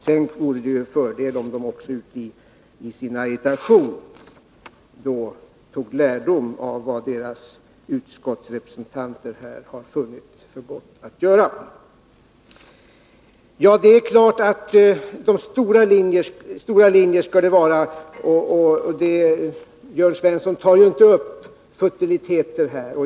Sedan vore det en fördel om de också ute i sin agitation tog lärdom av vad deras utskottsrepresentanter här i riksdagen har funnit för gott att göra. Stora linjer skall det vara — Jörn Svensson tar inte upp futiliteter.